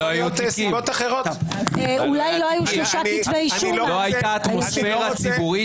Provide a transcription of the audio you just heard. לא הייתה אטמוספירה ציבורית